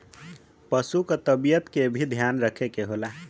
पसु क तबियत के भी ध्यान रखे के होला